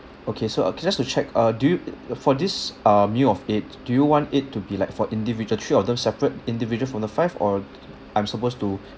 okay so okay just to check uh do you for this uh meal of eight do you want it to be like for individual three of them separate individual from the five or I'm supposed to